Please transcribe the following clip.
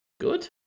Good